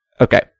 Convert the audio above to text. Okay